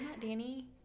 Danny